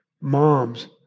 Moms